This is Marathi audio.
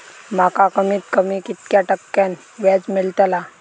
माका कमीत कमी कितक्या टक्क्यान व्याज मेलतला?